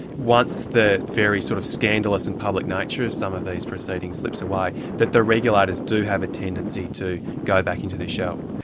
once the very sort of scandalous and public nature of some of these proceedings slips away, that the regulators do have a tendency to go back into their shell.